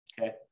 okay